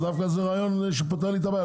דווקא זה רעיון שפותר לי את הבעיה,